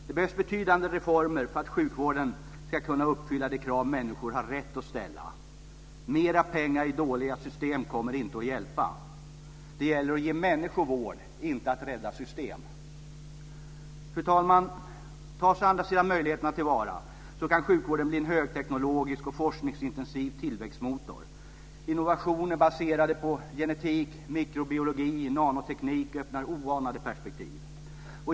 Det behövs betydande reformer för att sjukvården ska kunna uppfylla de krav människor har rätt att ställa. Mera pengar i dåliga system kommer inte att hjälpa. Det gäller att ge människor vård, inte att rädda system. Fru talman! Tas möjligheterna till vara kan sjukvården bli en högteknologisk och forskningsintensiv tillväxtmotor. Innovationer baserade på genetik, mikrobiologi och nanoteknik öppnar oanade perspektiv.